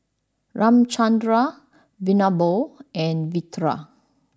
Ramchundra Vinoba and Virat